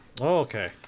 okay